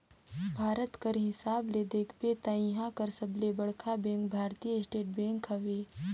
भारत कर हिसाब ले देखबे ता इहां कर सबले बड़खा बेंक भारतीय स्टेट बेंक हवे